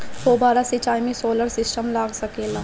फौबारा सिचाई मै सोलर सिस्टम लाग सकेला?